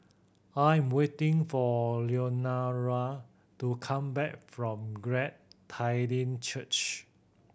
I'm waiting for Leonora to come back from Glad Tiding Church